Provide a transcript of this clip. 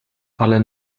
ale